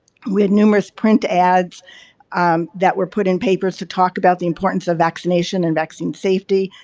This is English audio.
we had numerous print ads that were put in papers to talk about the importance of vaccination and vaccine safety.